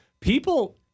people